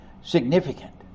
significant